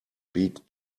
speak